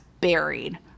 buried